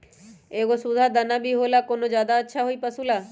एगो सुधा दाना भी होला कौन ज्यादा अच्छा होई पशु ला?